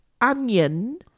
onion